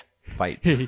fight